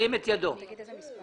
זה הגיע ב-17.